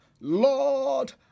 Lord